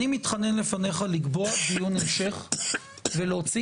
אני מתחנן בפניך לקבוע דיון המשך ולהוציא